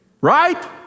Right